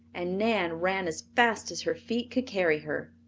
and nan ran as fast as her feet could carry her.